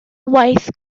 waith